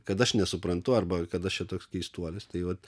kad aš nesuprantu arba kad aš čia toks keistuolis tai vat